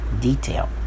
detail